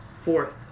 fourth